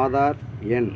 ஆதார் எண்